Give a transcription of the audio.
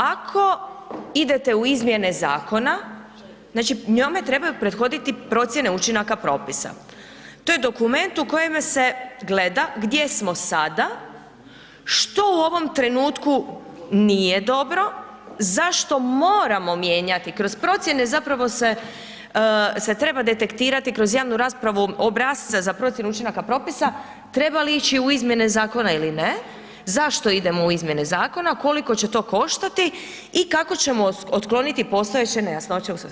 Ako idete u izmjene zakona, znači njome trebaju prethoditi procjene učinaka propisa, to je dokument u kojemu se gleda gdje smo sada, što u ovom trenutku nije dobro, zašto moramo mijenjati, kroz procjene zapravo se treba detektirati kroz javnu raspravu obrasce za procjenu učinaka propisa, treba li ići u izmjene zakona ili ne, zašto idemo u izmjene zakona, koliko će to koštati i kako ćemo otkloniti postojeće nejasnoće u svemu.